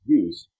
use